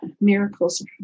Miracles